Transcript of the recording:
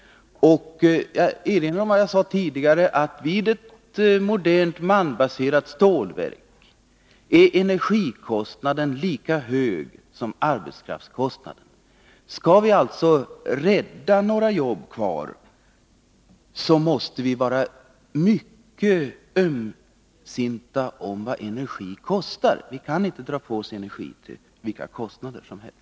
Jag vill erinra om vad jag sade tidigare, nämligen att vid ett modernt malmbaserat stålverk är energikostnaderna lika höga som arbetskraftskostnaderna. Skall vi alltså rädda några jobb, måste vi vara mycket ömsinta när det gäller energikostnaderna. Vi kan inte dra på oss energi till vilka kostnader som helst.